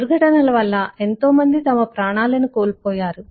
దుర్ఘటనల వల్ల ఎంతోమంది తమ ప్రాణాలను కోల్పోయారు